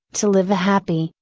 to live a happy,